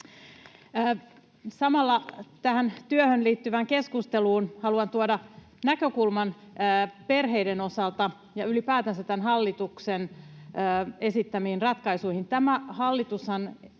Samalla tähän työhön liittyvään keskusteluun haluan tuoda näkökulman perheiden osalta, ja ylipäätänsä tämän hallituksen esittämiin ratkaisuihin.